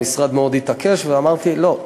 המשרד מאוד התעקש, ואמרתי: לא,